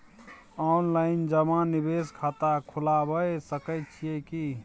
Online जमा निवेश खाता खुलाबय सकै छियै की?